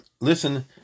listen